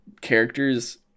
characters